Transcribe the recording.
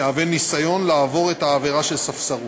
יהווה ניסיון לעבור את העבירה של ספסרות.